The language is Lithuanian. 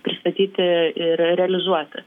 pristatyti ir realizuoti